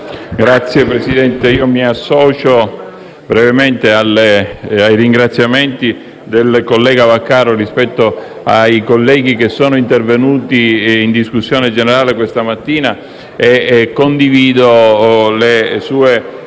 Signor Presidente, mi associo brevemente ai ringraziamenti del senatore Vaccari ai colleghi che sono intervenuti in discussione generale questa mattina e condivido le sue